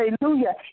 Hallelujah